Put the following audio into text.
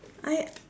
I